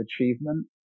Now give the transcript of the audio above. achievement